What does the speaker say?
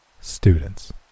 students